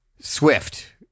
swift